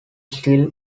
still